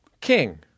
King